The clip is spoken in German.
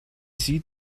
sieht